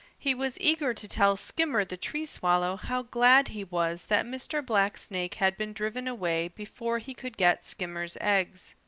he was eager to tell skimmer the tree swallow how glad he was that mr. blacksnake had been driven away before he could get skimmer's eggs.